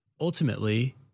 ultimately